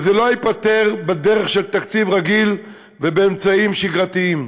כי זה לא ייפתר בדרך של תקציב רגיל ובאמצעים שגרתיים.